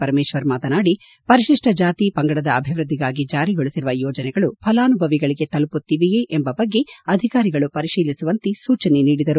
ಪರಮೇಶ್ವರ್ ಮಾತನಾಡಿಪರಿಶಿಷ್ಟ ಜಾತಿ ಪಂಗಡದ ಅಭಿವೃದ್ದಿಗಾಗಿ ಜಾರಿಗೊಳಿಸಿರುವ ಯೋಜನೆಗಳು ಫಲಾನುಭವಿಗಳಿಗೆ ತಲುಪುತ್ತಿದೆಯೇ ಎಂಬ ಬಗ್ಗೆ ಅಧಿಕಾರಿಗಳು ಪರಿಶೀಲಿಸುವಂತೆ ಸೂಚನೆ ನೀಡಿದರು